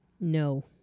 No